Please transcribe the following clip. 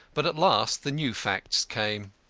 but at last the new facts came.